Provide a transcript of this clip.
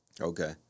Okay